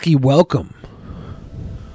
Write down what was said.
welcome